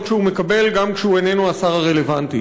שהוא מקבל גם כשהוא איננו השר הרלוונטי,